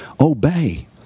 obey